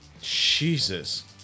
Jesus